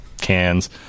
cans